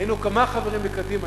היינו כמה חברים בקדימה,